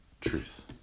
truth